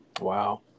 Wow